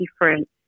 different